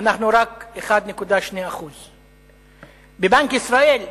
אנחנו רק 1.2%. בבנק ישראל,